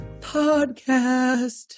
podcast